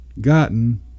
gotten